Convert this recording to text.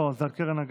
לא, זה על קרן הגז.